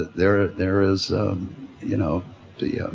there ah there is you know the,